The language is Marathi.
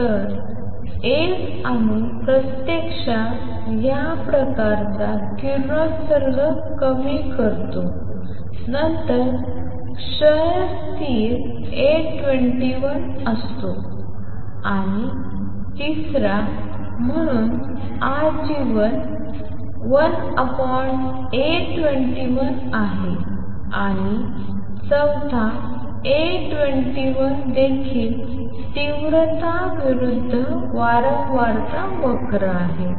तर एक अणू प्रत्यक्षात या प्रकारचा किरणोत्सर्ग कमी करतो नंतर क्षय स्थिर A21असतो आणि तिसरा म्हणून आजीवन 1A21 आहे आणि चौथा A21 देखील तीव्रता विरूद्ध वारंवारता वक्र आहे